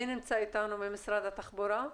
מי נמצא איתנו ממשרד התחבורה?